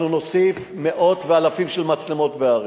אנחנו נוסיף מאות ואלפים של מצלמות בערים,